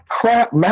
crap